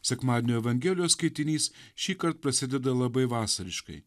sekmadienio evangelijos skaitinys šįkart prasideda labai vasariškai